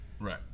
Right